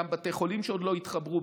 גם בתי חולים שעוד לא התחברו,